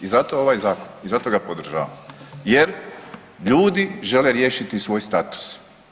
I zato ovaj zakon i zato ga podržavam jer ljudi žele riješiti svoj status.